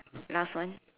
last one